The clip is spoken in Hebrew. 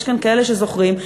יש כאן כאלה שזוכרים,